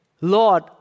Lord